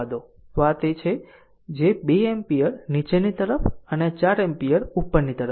તો આ તે છે કે 2 એમ્પીયર નીચેની તરફ અને આ 4 એમ્પીયર r ઉપરની તરફ છે